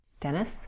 Dennis